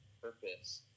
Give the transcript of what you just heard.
purpose